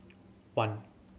one